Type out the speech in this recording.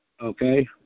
okay